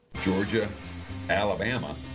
Georgia-Alabama-